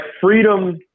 freedom